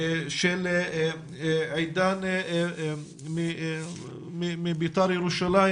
של עידן מבית"ר ירושלים